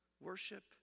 Worship